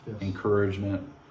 encouragement